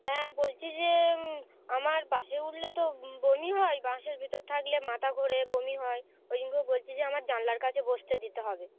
হ্যাঁ বলছি যে আমার বাসে উঠলে তো বমি হয় বাসের ভিতর থাকলে মাতা ঘোরে বমি হয় ওই জন্য বলছি যে আমার জানলার কাছে বসতে দিতে হবে